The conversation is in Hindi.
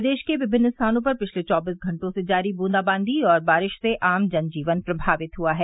प्रदेश के विभिन्न स्थानों पर पिछले चौबीस घंटों से जारी बूंदाबादी और बारिश से आम जन जीवन प्रभावित हुआ है